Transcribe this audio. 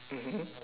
mmhmm